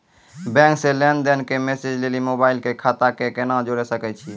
Bank से लेंन देंन के मैसेज लेली मोबाइल के खाता के केना जोड़े सकय छियै?